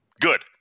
Good